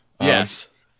Yes